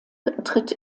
tritt